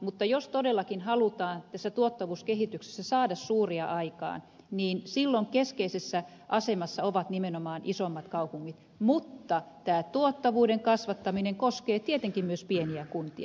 mutta jos todellakin halutaan tässä tuottavuuskehityksessä saada suuria aikaan niin silloin keskeisessä asemassa ovat nimenomaan isommat kaupungit mutta tämä tuottavuuden kasvattaminen koskee tietenkin myös pieniä kuntia